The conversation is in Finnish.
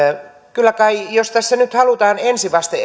kyllä kai jos tässä nyt esimerkiksi halutaan ensivaste